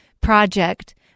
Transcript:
project